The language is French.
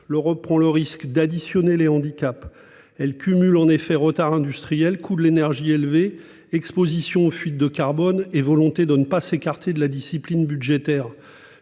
l'Europe prend le risque d'additionner les handicaps. Elle cumule en effet retards industriels, coût de l'énergie élevé, exposition aux fuites de carbone et volonté de ne pas s'écarter de la discipline budgétaire.